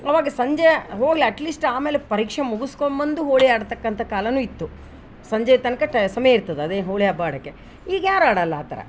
ಅವಾಗ ಸಂಜೆ ಹೋಗ್ಲಿ ಅಟ್ಲೀಸ್ಟ್ ಆಮೇಲೆ ಪರೀಕ್ಷೆ ಮುಗಿಸ್ಕೊಂಬಂದು ಹೋಳಿ ಆಡ್ತಕಂಥ ಕಾಲನು ಇತ್ತು ಸಂಜೆ ತನಕ ಟ ಸಮಯ ಇರ್ತದ ಅದೇ ಹೋಳಿ ಹಬ್ಬ ಆಡೋಕೆ ಈಗ ಯಾರು ಆಡೋಲ್ಲ ಆ ಥರ